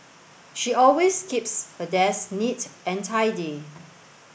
she always keeps her desk neat and tidy